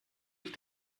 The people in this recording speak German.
ich